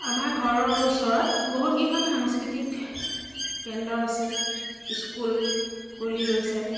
আমাৰ ঘৰৰ ওচৰত বহুতকেইখন সাংস্কৃতিক কেন্দ্ৰ আছে স্কুল খুলি লৈছে